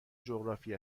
جغرافی